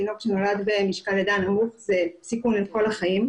תינוק שנולד במשקל לידה נמוך זה סיכון לכל החיים,